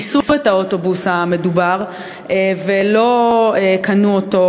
ניסו את האוטובוס המדובר ולא קנו אותו